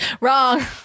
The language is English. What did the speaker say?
Wrong